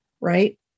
right